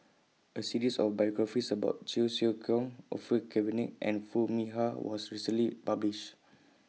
A series of biographies about Cheong Siew Keong Orfeur Cavenagh and Foo Mee Har was recently published